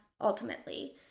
ultimately